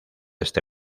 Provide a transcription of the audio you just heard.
este